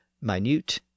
minute